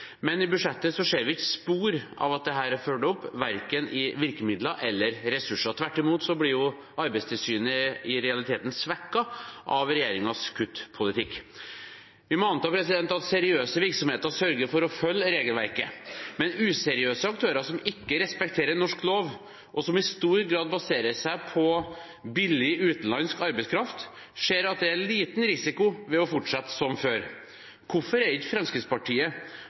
Men i budsjettet ser vi ikke spor av at dette er fulgt opp – verken i virkemidler eller ressurser. Tvert imot blir Arbeidstilsynet i realiteten svekket av regjeringens kuttpolitikk. Vi må anta at seriøse virksomheter sørger for å følge regelverket, men useriøse aktører som ikke respekterer norsk lov, og som i stor grad baserer seg på billig, utenlandsk arbeidskraft, ser at det er liten risiko ved å fortsette som før. Hvorfor er ikke Fremskrittspartiet